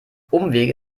umwege